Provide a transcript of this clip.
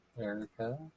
Erica